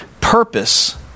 Purpose